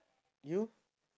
you